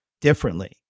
differently